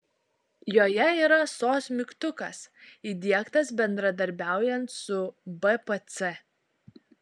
joje yra sos mygtukas įdiegtas bendradarbiaujant su bpc